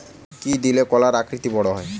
কি দিলে কলা আকৃতিতে বড় হবে?